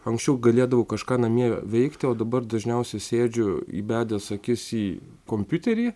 anksčiau galėdavau kažką namie veikti o dabar dažniausia sėdžiu įbedęs akis į kompiuterį